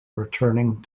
returning